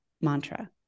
mantra